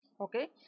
okay